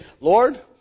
Lord